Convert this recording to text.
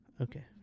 Okay